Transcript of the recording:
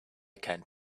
can